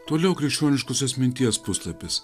toliau krikščioniškosios minties puslapis